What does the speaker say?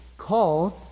called